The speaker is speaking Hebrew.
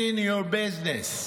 Mind your own business.